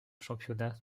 championnat